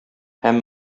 һәм